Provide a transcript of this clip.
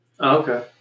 Okay